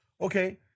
Okay